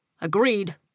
Agreed